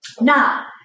Now